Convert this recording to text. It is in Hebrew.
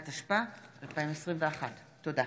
התשפ"א 2021. תודה.